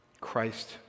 Christ